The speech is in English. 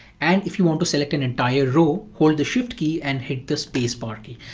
and if you want to select an entire row, hold the shift key and hit the space bar key.